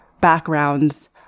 backgrounds